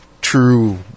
true